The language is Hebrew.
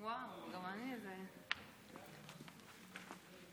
אני עדיין גר בעפולה.